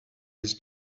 his